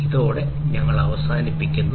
ഇതോടെ ഞങ്ങൾ അവസാനിപ്പിക്കുന്നു